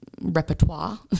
repertoire